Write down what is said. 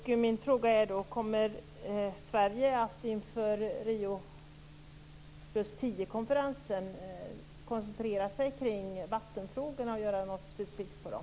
Min fråga är: Kommer Sverige att inför Rio + 10 konferensen koncentrera sig på vattenfrågorna och göra något specifikt för dem?